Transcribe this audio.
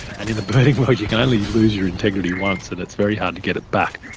and in the birding world you can only lose your integrity once and it's very hard to get it back.